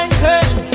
curtain